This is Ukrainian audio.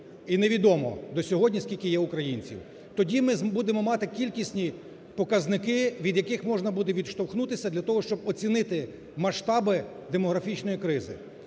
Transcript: і невідомо до сьогодні, скільки є українців. Тоді ми будемо мати кількісні показники, від яких можна буде відштовхнутися для того, щоб оцінити масштаби демографічної кризи.